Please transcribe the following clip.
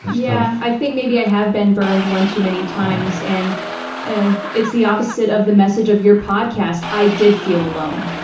yeah. i think maybe i have been burned one too many times and ah it's the opposite of the message of your podcast. i did feel alone.